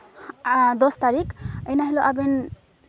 ᱫᱚᱥ ᱛᱟᱹᱨᱤᱠᱷ ᱤᱱᱟᱹ ᱦᱤᱞᱚᱜ ᱟᱵᱮᱱ